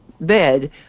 bed